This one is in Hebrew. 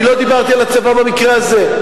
אני לא דיברתי על הצבא במקרה הזה,